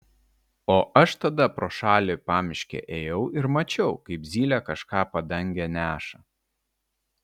o aš tada pro šalį pamiške ėjau ir mačiau kaip zylė kažką padange neša